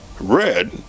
red